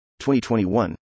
2021